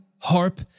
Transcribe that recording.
harp